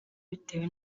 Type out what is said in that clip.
bitewe